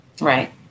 right